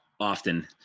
often